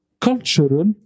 cultural